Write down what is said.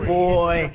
boy